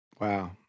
Wow